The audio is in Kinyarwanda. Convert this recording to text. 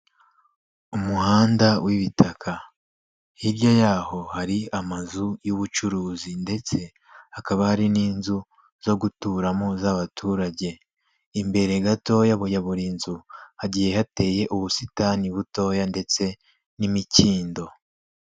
Umuhanda w'ibitaka hirya y'aho hari amazu y'ubucuruzi ndetse hakaba hari n'inzu zo guturamo z' abaturage, imbere gatoya ya buri nzu hagiye hateye ubusitani butoya ndetse n'imikindo.